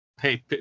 hey